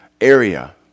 area